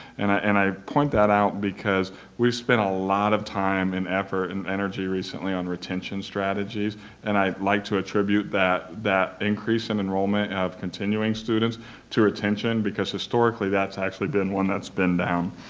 and ah and i point that out because we spent a lot of time and effort and energy recently on retention strategies and i'd like to attribute that that increase in enrollment of continuing students to retention because historically that's actually been one that's been down.